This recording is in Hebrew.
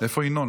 איפה ינון?